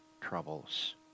troubles